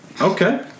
Okay